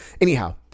Anyhow